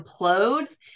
implodes